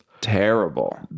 Terrible